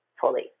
fully